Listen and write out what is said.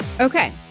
Okay